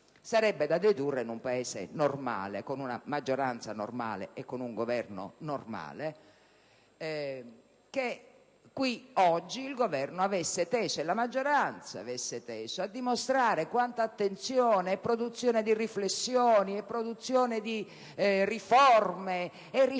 Sarebbe da dedurre, in un Paese normale, con una maggioranza normale e con un Governo normale, che qui, oggi, il Governo e la maggioranza intendessero dimostrare quanta attenzione e produzione di riflessioni, di riforme e di